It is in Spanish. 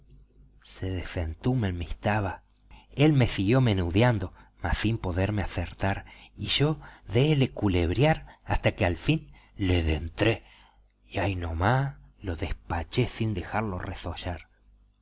se desentumen mis tabas él me siguió menudiando mas sin poderme acertar y yo dele culebriar hasta que al fin le dentré y ahi no más lo despaché sin dejarlo